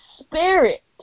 Spirit